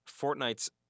Fortnite's